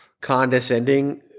condescending